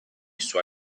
sua